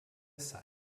site